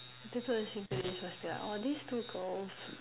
the people listening to this must be like oh this two girls